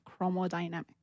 chromodynamics